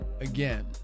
again